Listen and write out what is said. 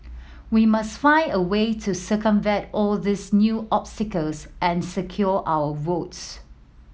we must find a way to circumvent all these new obstacles and secure our votes